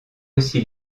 aussi